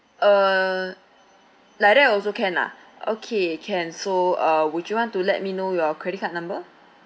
err like that also can lah okay can so uh would you want to let me know your credit card number